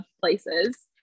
places